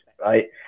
right